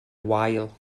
wael